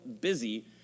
busy